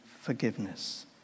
forgiveness